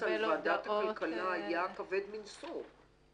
--- הלחץ על ועדת הכלכלה היה כבד מנשוא.